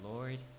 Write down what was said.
Lord